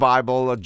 Bible